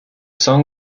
song